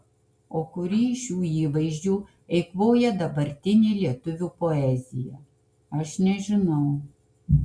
o kurį iš šių įvaizdžių eikvoja dabartinė lietuvių poezija aš nežinau